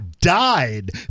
died